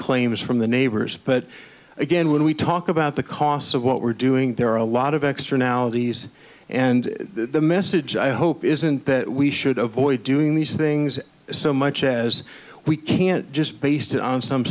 claims from the neighbors but again when we talk about the costs of what we're doing there are a lot of extra nowadays and the message i hope isn't that we should avoid doing these things so much as we can't just based on some